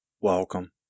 Welcome